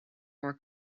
more